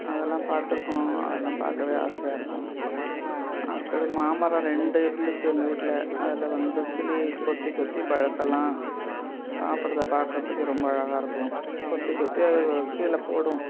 அதெல்லாம் பார்த்துருக்கோம் அதெல்லாம் பார்க்கவே ஆசையாக இருக்கும் அடுத்தது மாமரம் ரெண்டு இருந்துச்சு எங்கள் வீட்டில் அதில் வந்து கிளி கொத்தி கொத்தி பழதெல்லாம் சாப்பிட்றத பார்க்கறதுக்கே ரொம்ப அழகாக இருக்கும் கொத்தி கொத்தி அதுக கீழே போடும்